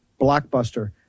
Blockbuster